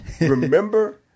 remember